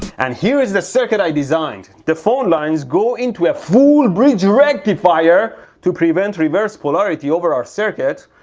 and here is the circuit i designed! the phone lines go into a full bridge rectifier to prevent reverse polarity over our circuit,